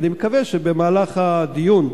ואני מקווה שבמהלך הדיון,